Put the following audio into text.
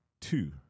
two